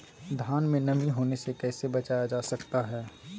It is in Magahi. धान में नमी होने से कैसे बचाया जा सकता है?